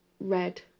red